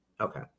okay